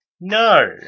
No